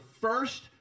first